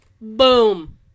Boom